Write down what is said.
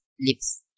lips